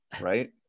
right